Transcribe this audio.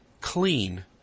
clean